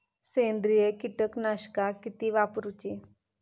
सेंद्रिय कीटकनाशका किती वापरूची?